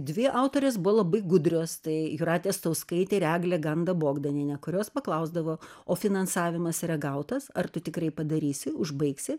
dvi autorės buvo labai gudrios tai jūratė stauskaitė ir eglė ganda bogdanienė kurios paklausdavo o finansavimas yra gautas ar tu tikrai padarysi užbaigsi